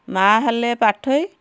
ମାଁ ହେଲେ ପାଠୋଇ